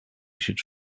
should